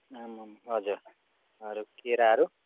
हजुर अरू केराहरू